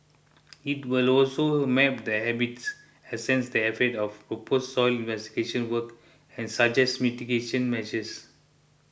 it will also map the habits assess the effects of proposed soil investigation works and suggest mitigating measures